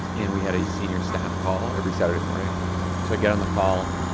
and we had a senior staff call every saturday morning. so i get on the call.